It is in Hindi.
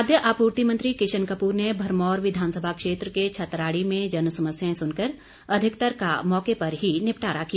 खाद्य आपूर्ति मंत्री किशन कपूर ने भरमौर विधानसभा क्षेत्र के छतराड़ी में जन समस्याएं सुनकर अधिकतर का मौके पर ही निपटारा किया